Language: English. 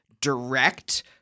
direct